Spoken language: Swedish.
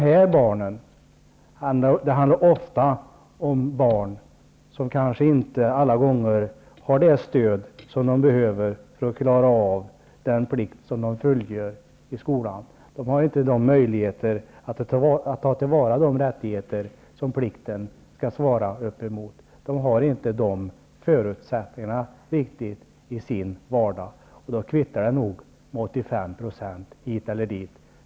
Här handlar det ofta om barn som kanske inte har det stöd de behöver för att klara av den plikt som de fullgör i skolan. De har inte möjlighet att ta till vara de rättigheter som plikten skall svara emot. De har inte riktigt de förutsättningarna i sin vardag, och då kvittar det nog med 85 % hit eller dit.